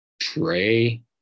Trey